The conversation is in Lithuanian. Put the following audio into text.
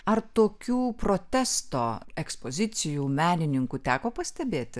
ar tokių protesto ekspozicijų menininkų teko pastebėti